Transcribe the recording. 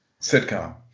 sitcom